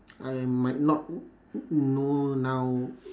I might not kn~ know now